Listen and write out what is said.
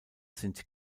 sind